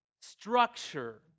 structure